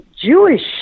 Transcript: Jewish